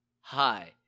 hi